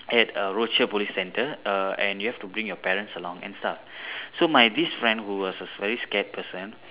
at err Rochor police center err and you have to bring your parents along and stuff so my this friend who was a very scared person